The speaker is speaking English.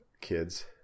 kids